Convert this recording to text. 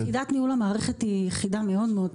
יחידת ניהול המערכת היא יחידה מאוד-מאוד טכנולוגית,